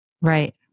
Right